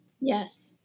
Yes